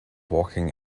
walking